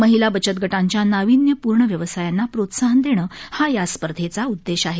महिला बचत गटांच्या नाविन्याप्र्ण व्यवसायांना प्रोत्सहान देणं हा या स्पर्धेचा उददेश आहे